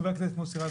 חבר הכנסת מוסי רז,